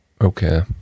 okay